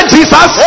Jesus